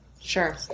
Sure